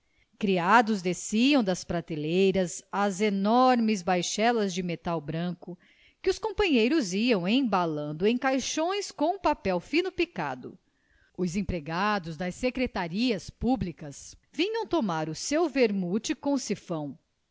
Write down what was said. criados desciam das prateleiras as enormes baixelas de metal branco que os companheiros iam embalando em caixões com papel fino picado os empregados das secretarias públicas vinham tomar o seu vermute com sifão